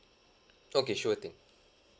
okay sure thing